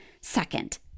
Second